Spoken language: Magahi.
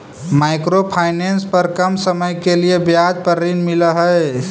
माइक्रो फाइनेंस पर कम समय के लिए ब्याज पर ऋण मिलऽ हई